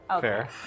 Fair